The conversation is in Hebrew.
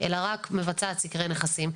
אלא רק מבצעת סקרי נכסים,